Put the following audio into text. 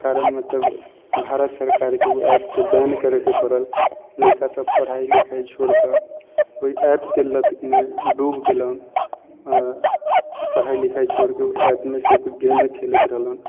कारण मतलब भारत सरकारके ओ ऐपके बैन करऽके पड़ल लइका सब पढाइ लिखाइ छोड़िकऽ ओहि ऐपके लतमे डूबि गेलन आओर पढाइ लिखाइ छोड़िकऽ ओ ऐपमे सिर्फ गेमे खेलैत रहलन